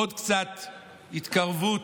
עוד קצת התקרבות,